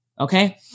okay